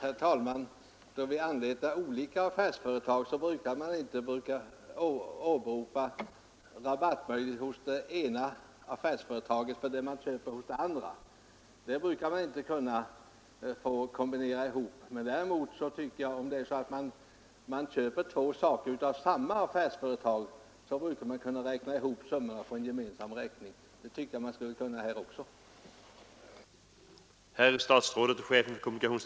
Herr talman! Då man anlitar olika affärsföretag brukar man inte åberopa rabattmöjligheterna hos det ena affärsföretaget för det man köper hos det andra. Om man däremot köper två saker i samma affärsföretag brukar detta räkna ihop beloppen på en gemensam räkning. Det tycker jag borde kunna ske även i detta fall.